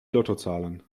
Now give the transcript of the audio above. lottozahlen